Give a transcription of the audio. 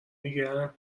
میگن